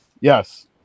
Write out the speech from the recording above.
Yes